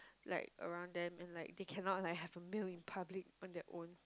like around them and like they cannot like have a meal in public on their own